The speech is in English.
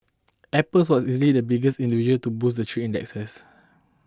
apple was easily the biggest individual to boost the three indexes